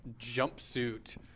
jumpsuit